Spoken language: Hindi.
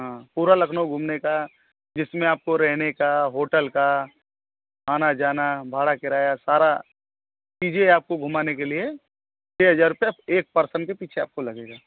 हाँ पूरा लखनऊ घूमने का जिसमें आपको रहने का होटल का आना जाना भाड़ा किराया सारी चीज़ें हैं आपको घुमाने के लिए छह हज़ार रुपये एक पर्सन के पीछे आपको लगेगा